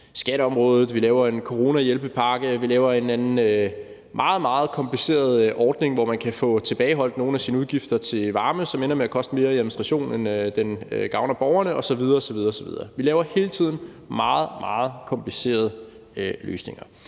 skatteområdet – vi laver en coronahjælpepakke, eller vi laver en eller anden meget, meget kompliceret ordning, hvor man kan få tilbageholdt nogle af sine udgifter til varme, og som ender med at koste mere i administration, end den gavner borgerne osv. osv. – er det hele tiden meget, meget komplicerede løsninger.